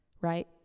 right